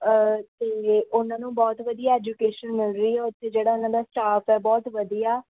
ਅਤੇ ਉਹਨਾਂ ਨੂੰ ਬਹੁਤ ਵਧੀਆ ਐਜੂਕੇਸ਼ਨ ਮਿਲ ਰਹੀ ਹੈ ਉੱਥੇ ਜਿਹੜਾ ਉਹਨਾਂ ਦਾ ਸਟਾਫ ਹੈ ਬਹੁਤ ਵਧੀਆ